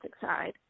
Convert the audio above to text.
side